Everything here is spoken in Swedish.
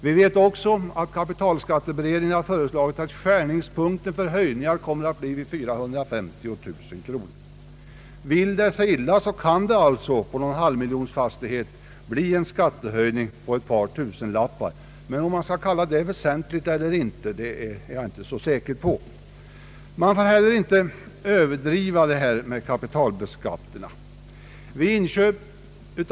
Vi vet också att kapitalskatteberedningen har föreslagit att skärningspunkten för höjningar kommer att bli vid 450 000 kronor. Om det vill sig illa kan det alltså på en fastighet med en halv miljon kronor i taxeringsvärde bli en skattehöjning på ett par tusen kronor, men om man skall kalla det för en väsentlig höjning eller inte är jag inte säker på. Man bör heller inte överdriva detta med kapitalskatterna.